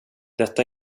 detta